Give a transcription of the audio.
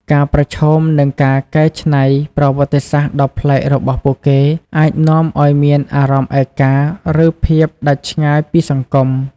ការប្រឈមនឹងការកែច្នៃប្រវត្តិសាស្រ្តដ៏ប្លែករបស់ពួកគេ អាចនាំឲ្យមានអារម្មណ៍ឯកា ឬភាពដាច់ឆ្ងាយពីសង្គម។